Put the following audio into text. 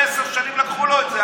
אחרי עשר שנים לקחו לו את זה,